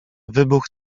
wybuch